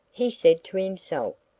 he said to himself,